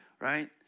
Right